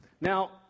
Now